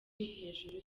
hejuru